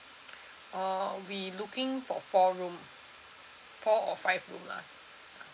uh we looking for four room four or five room lah